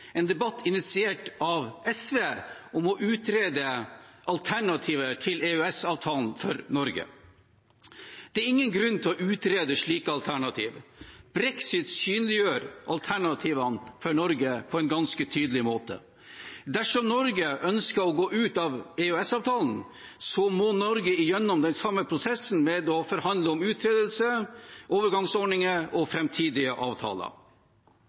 en debatt initiert av SV, om å utrede alternativer til EØS-avtalen for Norge. Det er ingen grunn til å utrede slike alternativer. Brexit synliggjør alternativene for Norge på en ganske tydelig måte. Dersom Norge ønsker å gå ut av EØS-avtalen, må Norge gjennom den samme prosessen med å forhandle om uttredelse, overgangsordninger og framtidige avtaler.